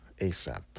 ASAP